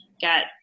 get